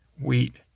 wheat